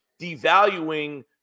devaluing